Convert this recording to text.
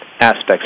aspects